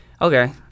okay